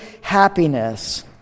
happiness